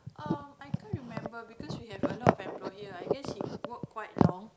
um I can't remember because we have a lot of member here lah I guess he worked quite long